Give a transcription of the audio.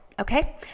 okay